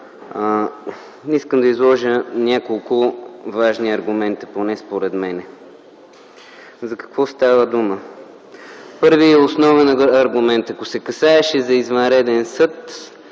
Искам да изложа няколко важни аргумента, поне според мен. За какво става дума? Първият и основен аргумент, ако се касаеше за извънреден съд,